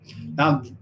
Now